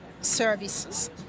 services